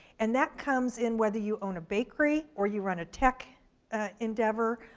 and that comes in whether you own a bakery or you run a tech endeavor,